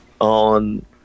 on